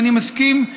ואני מסכים,